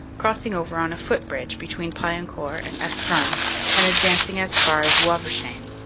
crossing over on a footbridge between paillencourt and estrun and advancing as far as wavrechain.